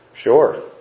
Sure